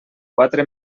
quatre